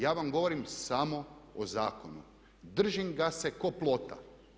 Ja vam govorim samo o zakonu, držim ga se ko plota.